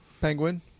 penguin